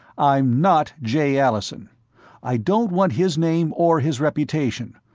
i'm not jay allison i don't want his name or his reputation.